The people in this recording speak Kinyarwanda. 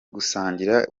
gusangira